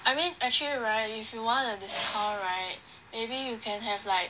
I mean actually right if you want a discount right maybe you can have like